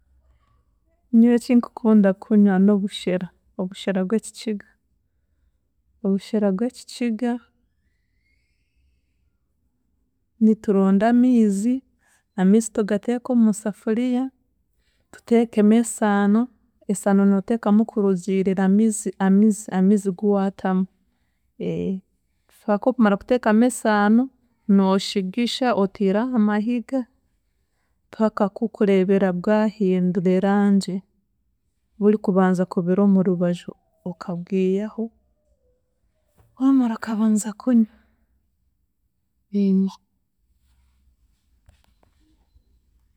Nyowe ekinkukunda kunywa n'obushera, obushera bw'ekikiga, obushera bw'ekikiga, nituronda amiizi, amiizi tugateke omusafuriya, tuteekemu esaano, esaano nooteekamu kurugiirira amiizi, amiizi, amiizi gu waatamu, kokumara kuteekamu esaano, nooshigisha otiire ahamahiga mpaka kokureebera bwahindura erangi burikubanza kubira omu rubaju okabwiyaho waamara okabanza kunywa.